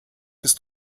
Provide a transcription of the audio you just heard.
ist